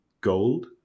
gold